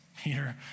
Peter